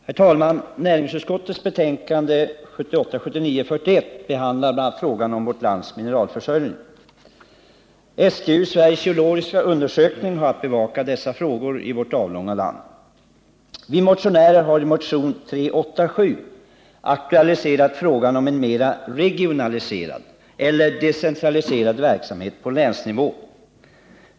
Herr talman! Näringsutskottets betänkande 1978/79:41 behandlar bl.a. frågan om vårt lands mineralförsörjning. Sveriges geologiska undersökning har att bevaka dessa frågor i vårt avlånga land. I motionen 387 har vi aktualiserat frågan om en mera regionaliserad eller decentraliserad verksamhet på länsnivå.